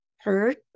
hurt